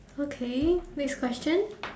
okay next question